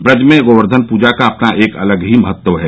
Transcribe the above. ब्रज मे गोवेर्धन पूजा का अपना एक अलग ही महत्त्व है